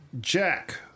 Jack